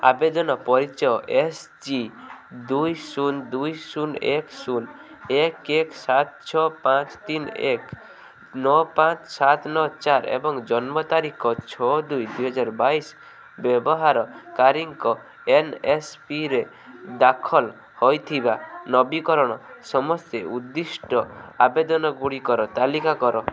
ଆବେଦନ ପରିଚୟ S G ଦୁଇ ଶୁନ ଦୁଇ ଶୁନ ଏକ ଶୁନ ଏକ ଏକ ସାତ ଛଅ ପାଞ୍ଚ ତିନି ଏକ ନଅ ପାଞ୍ଚ ସାତ ନଅ ଚାରି ଏବଂ ଜନ୍ମ ତାରିଖ ଛଅ ଦୁଇ ଦୁଇହଜାର ବାଇଶି ବ୍ୟବହାରକାରୀଙ୍କ ଏନ୍ଏସ୍ପିରେ ଦାଖଲ୍ ହୋଇଥିବା ନବୀକରଣ ସମସ୍ତେ ଉଦ୍ଦିଷ୍ଟ ଆବେଦନ ଗୁଡ଼ିକର ତାଲିକା କର